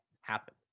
happen